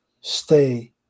stay